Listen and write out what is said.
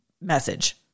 message